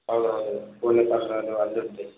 అవును అవును కోళ్ళ పందాలు అన్నీ ఉంటాయి